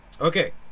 Okay